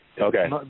okay